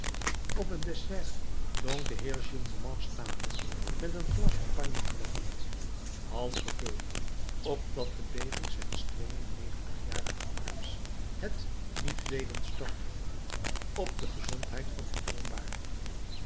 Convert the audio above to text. op het dessert dronk de heer gillenormand staande met een glas champagne in de hand half gevuld opdat de beving zijns twee en negentigjarigen arms het niet deed storten op de gezondheid van het jonge paar